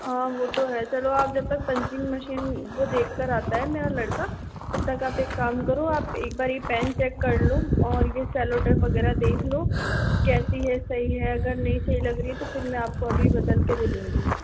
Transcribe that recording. हाँ वो तो है चलो आप जब तक पंचिंग मशीन वो देखकर आता है मेरा लड़का तब तक आप एक काम करो आप एक बार यह पेन चेक कर लो और यह सेलो टेप वगैरह देख लो कैसी है सही है अगर नहीं सही लग रही है तो फिर मैं आपको अभी बदल के दे दूँगी